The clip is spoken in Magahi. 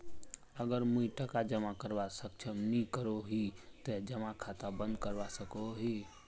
अगर मुई टका जमा करवात सक्षम नी करोही ते जमा खाता बंद करवा सकोहो ही?